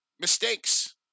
mistakes